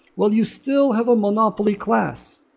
well you still have a monopoly class.